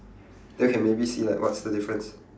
then can maybe see like what's the difference